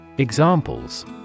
Examples